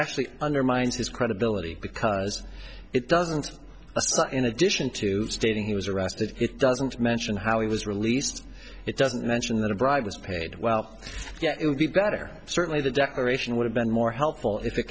actually undermines his credibility because it doesn't in addition to stating he was arrested it doesn't mention how he was released it doesn't mention that a bribe was paid well it would be better certainly the declaration would have been more helpful if it